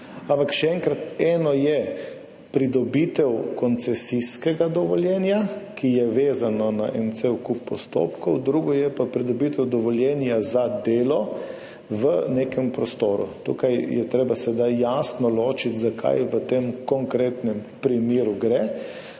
še enkrat, eno je pridobitev koncesijskega dovoljenja, ki je vezano na en cel kup postopkov, drugo je pa pridobitev dovoljenja za delo v nekem prostoru. Tukaj je treba sedaj jasno ločiti, za kaj v tem konkretnem primeru gre.